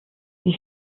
wie